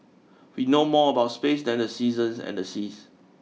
we know more about space than the seasons and the seas